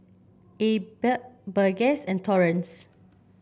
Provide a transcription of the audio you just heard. Abb Burgess and Torrence